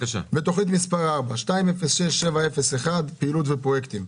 תוכנית מס' 4, 206701, פעילות ופרויקטים.